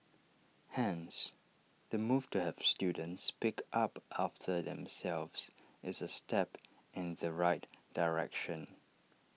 hence the move to have students pick up after themselves is A step in the right direction